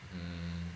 mm